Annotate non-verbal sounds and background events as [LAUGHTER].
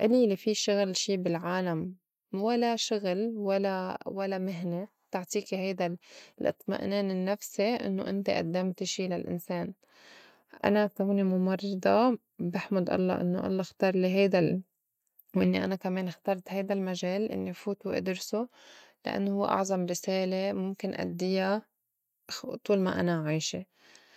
إليلي في شغل شي بالعالم ولا شغل ولا ولا مهنة بتعطيكي هيدا ال- الأطمئنان النفسي إنّو إنت أدّمتي شي للإنسان، أنا كوني مُمرّضة بحمُد الله إنّو الله اختار لي هيدا ال- وإني أنا كمان اخترت هيدا المجال إنّي فوت وإدرسو لإنّو هوّ أعظم رِسالة مُمكن أدّيا [NOISE] طول ما أنا عايشة.